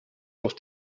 auf